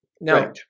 Right